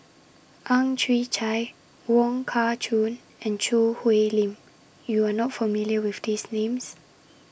Ang Chwee Chai Wong Kah Chun and Choo Hwee Lim YOU Are not familiar with These Names